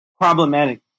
problematic